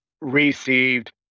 Received